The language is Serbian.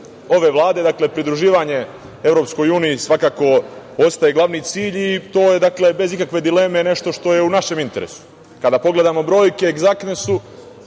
ove Vlade. Dakle, pridruživanje EU svakako ostaje glavni cilj i to je bez ikakve dileme nešto što je u našem interesu. Kada pogledamo brojke, egzaktne su.